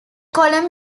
column